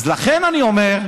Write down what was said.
אז לכן אני אומר,